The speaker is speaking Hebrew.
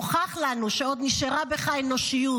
הוכח לנו שעוד נשארה בך אנושיות.